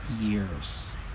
years